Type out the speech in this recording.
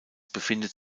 befindet